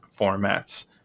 formats